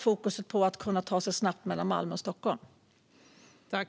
Fokuset på att man ska kunna ta sig snabbt mellan Malmö och Stockholm kommer att släppas.